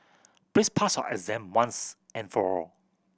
please pass your exam once and for all